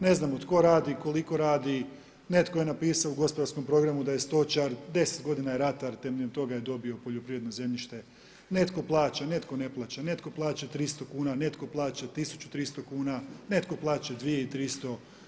Ne znamo, tko radi, koliko radi, netko je napisao u gospodarskom programu da je stočar, 10 godina je ratar, temeljem toga je dobio poljoprivredno zemljište, netko plaća, netko ne plaća, netko plaća 300 kn, netko plaća 1300 kn, netko plaća 2300.